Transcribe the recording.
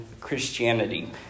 Christianity